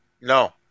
No